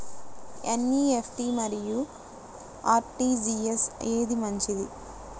NEFT మరియు RTGS ఏది మంచిది?